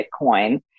Bitcoin